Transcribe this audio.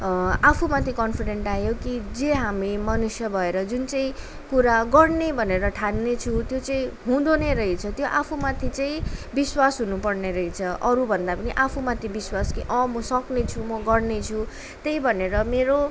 आफूमाथि कन्फिडेन्ट आयो कि जे हामी मनुष्य भएर जुन चाहिँ कुरा गर्ने भनेर ठान्नेछु त्यो चाहिँ हुँदो नै रहेछ त्यो आफूमाथि चाहिँ विश्वास हुनुपर्ने रहेछ अरू भन्दा पनि आफूमाथि विश्वास अँ म सक्नेछु म गर्नेछु त्यही भनेर मेरो